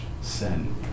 sin